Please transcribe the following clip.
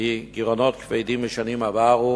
היא גירעונות כבדים משנים עברו